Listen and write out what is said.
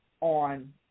on